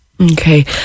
Okay